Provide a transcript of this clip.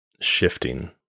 shifting